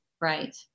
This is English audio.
Right